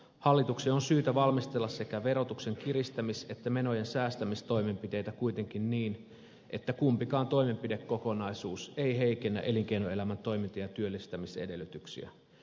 hallituksen on syytä valmistella sekä verotuksen kiristämis että menojen säästämistoimenpiteitä kuitenkin niin että kumpikaan toimenpidekokonaisuus ei heikennä elinkeinoelämän toiminta ja työllistämisedellytyksiä